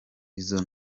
izo